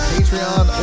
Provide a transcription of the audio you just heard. Patreon